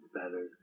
better